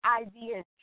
ideas